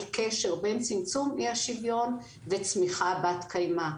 קשר בין צמצום אי השוויון וצמיחה בת קיימא.